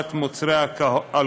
65),